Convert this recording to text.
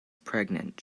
pregnant